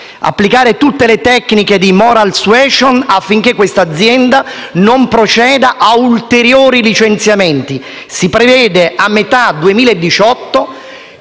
applicare tutte le tecniche di *moral suasion* affinché quest'azienda non proceda ad ulteriori licenziamenti. Si prevede a metà 2018